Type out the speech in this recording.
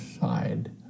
side